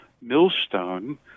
millstone